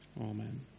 Amen